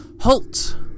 Halt